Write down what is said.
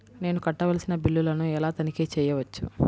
నేను కట్టవలసిన బిల్లులను ఎలా తనిఖీ చెయ్యవచ్చు?